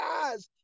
guys